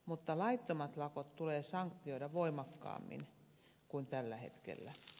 mutta laittomat lakot tulee sanktioida voimakkaammin kuin tällä hetkellä